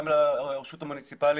גם לרשות המוניציפאלית,